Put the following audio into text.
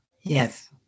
Yes